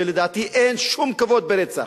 ולדעתי אין שום כבוד ברצח,